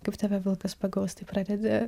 kaip tave vilkas pagaus tai pradedi